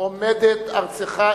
עומדת ארצך,